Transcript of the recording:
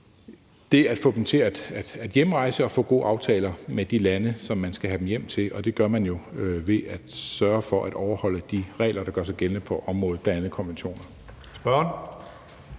det at få dem til at hjemrejse og få gode aftaler med de lande, som man skal have dem hjem til. Det gør man jo ved at sørge for at overholde de regler, der gør sig gældende på området, bl.a. konventionerne.